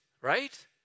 right